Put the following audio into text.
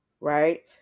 Right